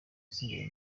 nsigaye